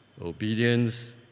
Obedience